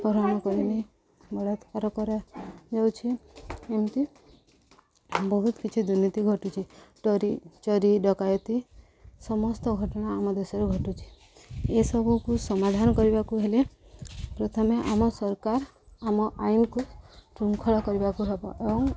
ପରାଣ କରିନି ବଳାତ୍କାର କରାଯାଉଛି ଏମିତି ବହୁତ କିଛି ଦୁର୍ନୀତି ଘଟୁଛି ଡରି ଚୋରି ଡକାୟତି ସମସ୍ତ ଘଟଣା ଆମ ଦେଶରୁ ଘଟୁଛି ଏସବୁକୁ ସମାଧାନ କରିବାକୁ ହେଲେ ପ୍ରଥମେ ଆମ ସରକାର ଆମ ଆଇନକୁ ଶୃଙ୍ଖଳ କରିବାକୁ ହେବ ଏବଂ